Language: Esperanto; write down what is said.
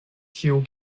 tiu